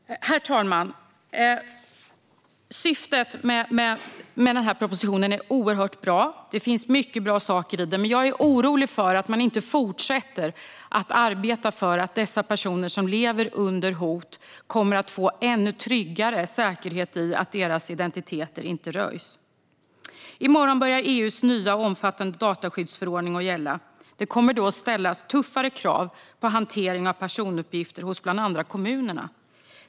Herr talman! Syftet med propositionen är oerhört bra. Det finns många bra saker i den. Men jag är orolig för att man inte fortsätter att arbeta för att de personer som lever under hot kommer att få ännu mer trygghet och säkerhet när det gäller att deras identiteter inte röjs. I morgon börjar EU:s nya omfattande dataskyddsförordning att gälla. Det kommer då att ställas tuffare krav på hantering av personuppgifter hos bland andra kommunerna.